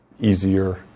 easier